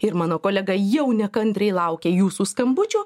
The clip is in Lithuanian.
ir mano kolega jau nekantriai laukia jūsų skambučių